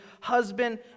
husband